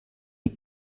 die